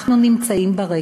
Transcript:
אנחנו נמצאים ברקע,